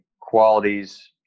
qualities